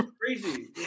Crazy